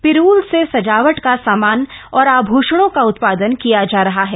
पीरूल से सजावट का सामान और आभूषणों का उत्पादन किया जा रहा है